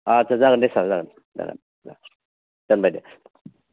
आत्सा जागोन दे सार जागोन जागोन दे दोनबाय दे